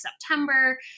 September